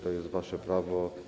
To jest wasze prawo.